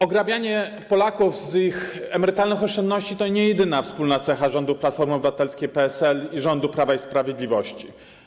Ograbianie Polaków z ich emerytalnych oszczędności to nie jedyna wspólna cecha rządu Platformy Obywatelskiej - PSL i rządu Prawa i Sprawiedliwości.